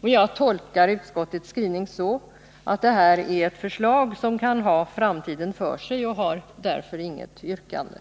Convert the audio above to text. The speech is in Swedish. Jag tolkar utskottets skrivning så att det här är ett förslag som kan ha framtiden för sig, och jag har därför inget yrkande.